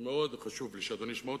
מאוד חשוב לי שאדוני ישמע אותי.